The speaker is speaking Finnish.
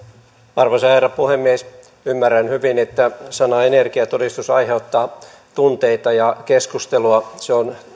arvoisa herra puhemies ymmärrän hyvin että sana energiatodistus aiheuttaa tunteita ja keskustelua se on